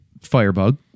Firebug